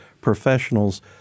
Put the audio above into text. professionals